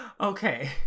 okay